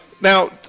Now